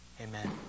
Amen